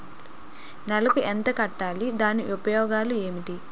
నెలకు ఎంత కట్టాలి? దాని ఉపయోగాలు ఏమిటి?